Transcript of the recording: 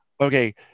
Okay